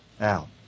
out